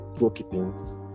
goalkeeping